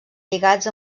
lligats